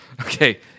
Okay